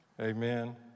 Amen